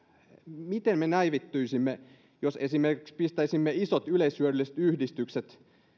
miten me näivettyisimme jos esimerkiksi poistaisimme isojen yleishyödyllisten yhdistysten